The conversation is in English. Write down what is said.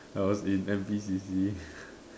I was in N_P_C_C